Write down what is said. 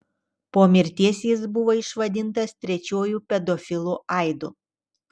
po mirties jis buvo išvadintas trečiuoju pedofilu aidu